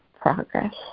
progress